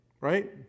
Right